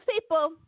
people